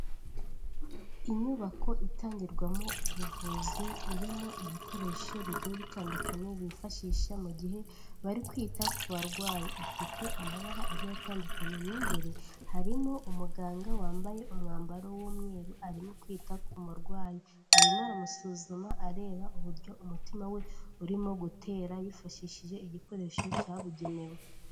Inyubako itangirwamo ubuvuzi irimo ibikoresho bigiye bitandukanye bifashisha mu gihe bari kwita ku barwayi, ifite amabara agiye atandukanye mo imbere, harimo umuganga wambaye umwambaro w'umweru arimo kwita ku murwayi, arimo aramusuzuma areba uburyo umutima we urimo gutera yifashishije igikoresho cyabugenewe.